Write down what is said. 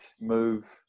move